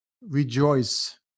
rejoice